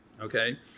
Okay